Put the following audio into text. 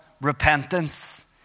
repentance